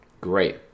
Great